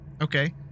Okay